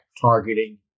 targeting